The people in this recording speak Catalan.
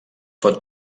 pot